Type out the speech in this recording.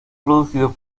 producido